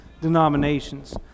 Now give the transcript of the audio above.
denominations